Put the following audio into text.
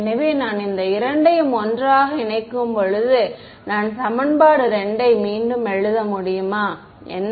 எனவே நான் இந்த இரண்டையும் ஒன்றாக இணைக்கும்போது நான் சமன்பாடு 2 ஐ மீண்டும் எழுத முடியுமா என்ன